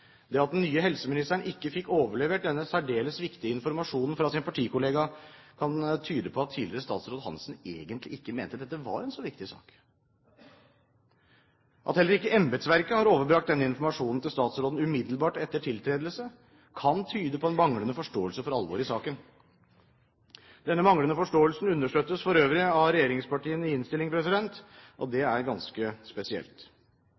Det at den nye helseministeren ikke fikk overlevert denne særdeles viktige informasjonen fra sin partikollega, kan tyde på at tidligere statsråd Hanssen egentlig ikke mente at dette var en så viktig sak. At heller ikke embetsverket overbrakte denne informasjonen til statsråden umiddelbart etter tiltredelse, kan tyde på en manglende forståelse for alvoret i saken. Denne manglende forståelsen understøttes for øvrig av regjeringspartiene i innstillingen, og det er ganske spesielt.